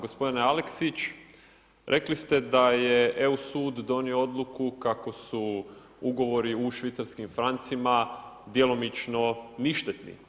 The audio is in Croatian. Gospodine Aleksić, rekli ste daje EU sud donio odluku kako su ugovori u švicarskim francima djelomično ništetni.